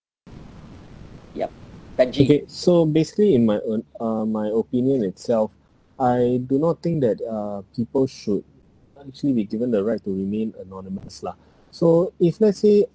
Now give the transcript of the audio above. yup benji okay so basically in my o~ uh my opinion itself I do not think that uh people should actually be given the right to remain anonymous lah so if let's say